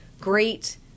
great